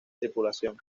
tripulación